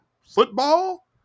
football